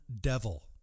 devil